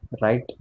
right